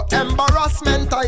embarrassment